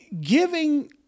Giving